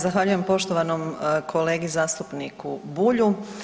Zahvaljujem poštovanom kolegi zastupniku Bulju.